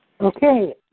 Okay